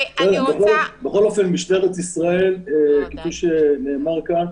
בכל אופן משטרת ישראל, כפי שנאמר כאן,